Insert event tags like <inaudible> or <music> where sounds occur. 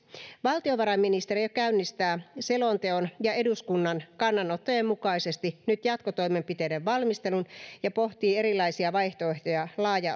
valtiovarainministeriö käynnistää selonteon ja eduskunnan kannanottojen mukaisesti nyt jatkotoimenpiteiden valmistelun ja pohtii erilaisia vaihtoehtoja laaja <unintelligible>